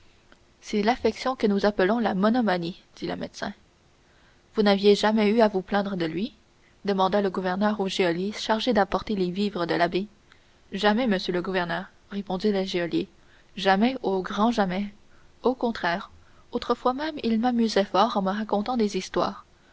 c'est l'affection que nous appelons la monomanie dit le médecin vous n'aviez jamais eu à vous plaindre de lui demanda le gouverneur au geôlier chargé d'apporter les vivres de l'abbé jamais monsieur le gouverneur répondit le geôlier jamais au grand jamais au contraire autrefois même il m'amusait fort en me racontant des histoires